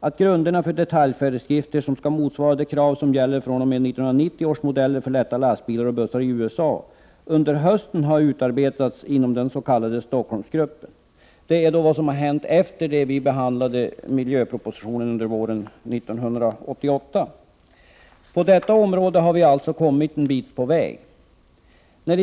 att grunderna för detaljföreskrifter, som skall motsvara de krav som gäller fr.o.m. 1990 års modeller av lätta lastbilar och bussar i USA, under hösten har utarbetats inom den s.k. Stockholmsgruppen. Det är vad som har hänt efter det att vi behandlade miljöpropositionen under våren 1988. På detta område har vi alltså kommit en bit på väg.